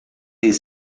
est